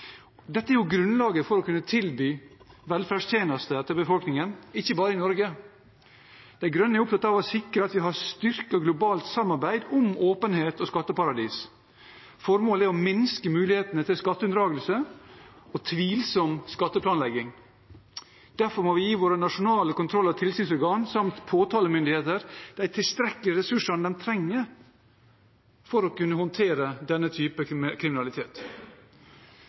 Dette er grunnlaget for å kunne tilby velferdstjenester til befolkningen, ikke bare i Norge. De Grønne er opptatt av å sikre at vi har styrket globalt samarbeid om åpenhet og skatteparadis. Formålet er å minske mulighetene til skatteunndragelse og tvilsom skatteplanlegging. Derfor må vi gi våre nasjonale kontroll- og tilsynsorgan samt påtalemyndigheter de tilstrekkelige ressursene de trenger for å kunne håndtere denne typen kriminalitet.